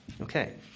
Okay